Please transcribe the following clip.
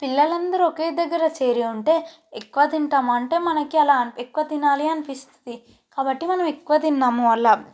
పిల్లలు అందరూ ఒకే దగ్గర చేరి ఉంటే ఎక్కువ తింటామా అంటే మనకి అలా ఎక్కువ తినాలి అనిపిస్తుంది కాబట్టి మనం ఎక్కువ తిన్నాము అలా